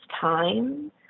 time